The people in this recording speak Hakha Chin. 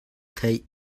theih